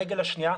הרגל השנייה,